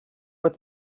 with